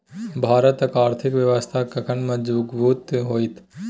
भारतक आर्थिक व्यवस्था कखन मजगूत होइत?